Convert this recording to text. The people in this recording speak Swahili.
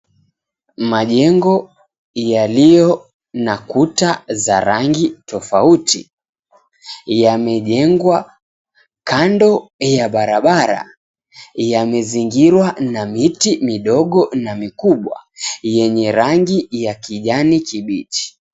Majengo yaliyo na kuta za rangi tofauti, yamejengwa kando ya barabara, yamezingirwa na miti midogo na mikubwa, yenye rangi ya kijani kibichi.